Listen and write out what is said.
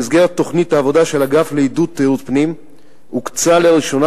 במסגרת תוכנית העבודה של האגף לעידוד תיירות פנים הוקצה לראשונה